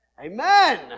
Amen